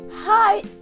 Hi